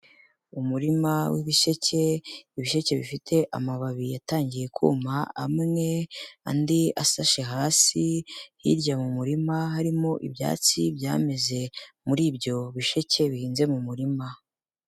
Umurima w'ibisheke, ibisheke bifite amababi yatangiye kuma amwe andi asashe hasi, hirya mu murima harimo ibyatsi byameze muri ibyo bisheke bihinze mu murima.